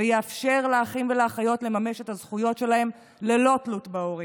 ויאפשר לאחים ולאחיות לממש את הזכויות שלהם ללא תלות בהורים.